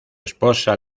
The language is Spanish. esposa